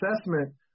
assessment